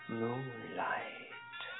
moonlight